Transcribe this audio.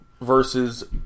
versus